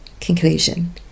conclusion